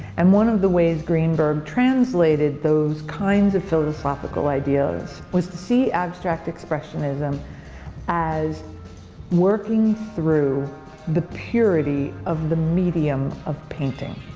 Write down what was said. and one of the ways greenburg translated those kinds of philosophical ideas was to see abstract expressionism as working through the purity of the medium of painting.